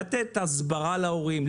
לתת הסברה להורים,